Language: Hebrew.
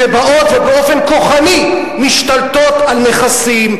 שבאות ובאופן כוחני משתלטות על נכסים,